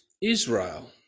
Israel